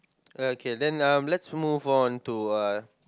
okay then um let's move on to uh